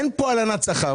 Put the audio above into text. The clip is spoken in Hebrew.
אין פה הלנת שכר.